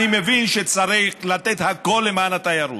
אני מבין שצריך לתת הכול למען התיירות,